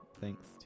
Thanks